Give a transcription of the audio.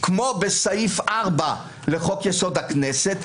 כמו בסעיף 4 לחוק-יסוד: הכנסת,